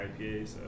IPAs